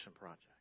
project